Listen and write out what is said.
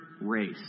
race